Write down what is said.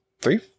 three